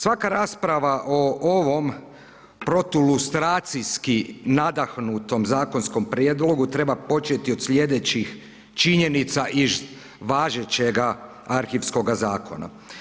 Svaka rasprava o ovom protulustracijski nadahnutom zakonskom prijedlogu treba početi od slijedećih činjenica iz važećega arhivskoga zakona.